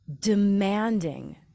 demanding